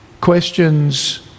questions